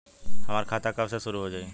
हमार खाता कब से शूरू हो जाई?